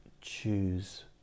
choose